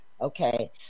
Okay